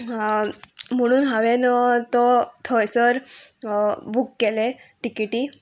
म्हणून हांवेंन तो थंयसर बूक केले तिकेटी